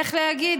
איך להגיד?